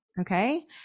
Okay